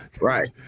Right